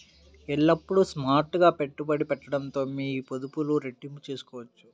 ఎల్లప్పుడూ స్మార్ట్ గా పెట్టుబడి పెట్టడంతో మీ పొదుపులు రెట్టింపు చేసుకోవచ్చు